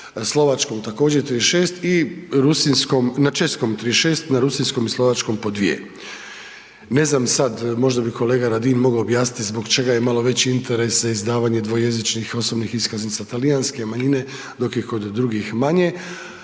slovačkom također, 36 i rusinjskom, na českom 36, na rusinjskom i slovačkom po 2. Ne znam sad, možda bi kolega Radin mogao objasniti zbog čega je malo veći interes za izdavanje dvojezičnih osobnih iskaznica talijanske manjine, dok je kod drugih manje,